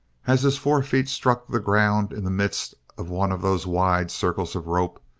as his forefeet struck the ground in the midst of one of those wide circles of rope,